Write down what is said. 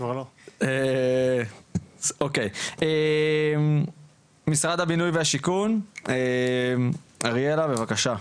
אוקיי, משרד הבינוי והשיכון, אריאלה בבקשה.